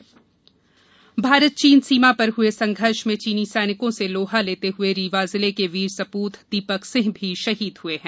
शहीद भारत चीन सीमा पर हुए संघर्ष में चीनी सैनिकों से लोहा लेते हुए रीवा जिले के वीर सपूत दीपक सिंह भी शहीद हुए हैं